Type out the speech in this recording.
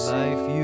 life